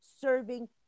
serving